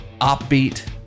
OpBeat